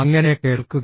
അങ്ങനെ കേൾക്കുക